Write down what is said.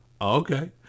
okay